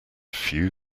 few